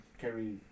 carry